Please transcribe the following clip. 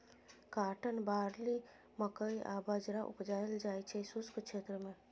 cotton, barley, मकइ आ बजरा उपजाएल जाइ छै शुष्क क्षेत्र मे